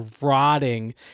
rotting